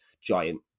giant